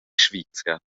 svizra